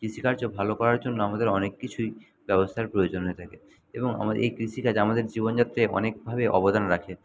কৃষিকার্য ভালো করার জন্য আমাদের অনেক কিছুই ব্যবস্থার প্রয়োজন হয়ে থাকে এবং আমাদের এই কৃষিকাজ আমাদের জীবনযাত্রায় অনেকভাবে অবদান রাখে